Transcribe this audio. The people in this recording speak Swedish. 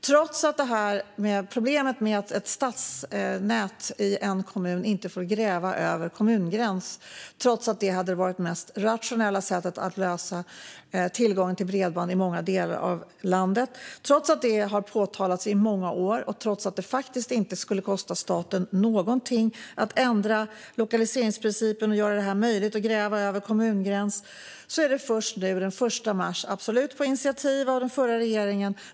Det finns ett problem med att stadsnät inte får utvidgas över en kommungräns trots att det hade varit det mest rationella sättet att lösa tillgången till bredband i många delar av landet. Det har påtalats i många år, och det skulle faktiskt inte kosta staten någonting att ändra lokaliseringsprincipen och göra det möjligt att gräva över en kommungräns, men det är först nu - sedan den 1 mars i år - som det är möjligt och tillåtet.